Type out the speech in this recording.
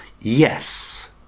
Yes